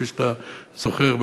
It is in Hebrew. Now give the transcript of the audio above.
כפי שאתה זוכר,